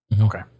Okay